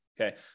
Okay